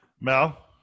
Mel